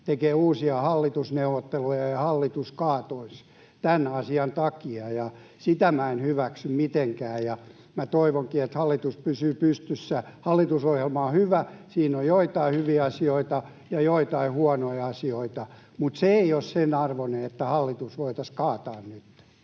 tekemään uusia hallitusneuvotteluja, ja hallitus kaatuisi tämän asian takia. Sitä minä en hyväksy mitenkään, ja toivonkin, että hallitus pysyy pystyssä. Hallitusohjelma on hyvä. Siinä on joitain hyviä asioita ja joitain huonoja asioita, mutta tämä ei ole sen arvoista, että hallitus voitaisiin nytten